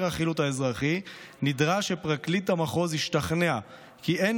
החילוט האזרחי נדרש שפרקליט המחוז ישתכנע כי אין